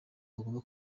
bagomba